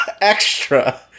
Extra